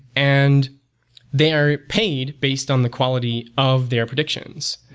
and they are paid based on the quality of their predictions.